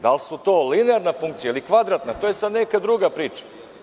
Da li je to linearna funkcija ili kvadratna, to je sada neka druga priča.